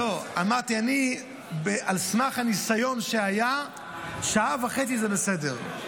אמרתי, על סמך הניסיון שהיה, שעה וחצי זה בסדר.